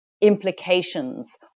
implications